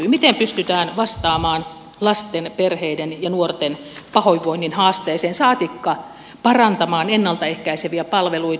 miten pystytään vastaamaan lasten perheiden ja nuorten pahoinvoinnin haasteeseen saatikka parantamaan ennalta ehkäiseviä palveluita